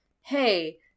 hey